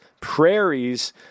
prairies